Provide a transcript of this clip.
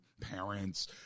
parents